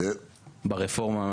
ברפורמה,